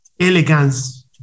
elegance